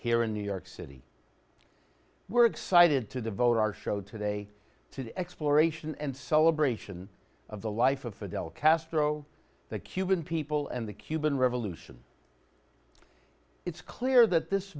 here in new york city we're excited to devote our show today to exploration and celebration of the life of fidel castro the cuban people and the cuban revolution it's clear that this